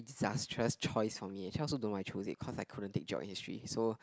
disastrous choice for me actually I also don't know why I chose it cause I couldn't take Geog and History so